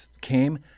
came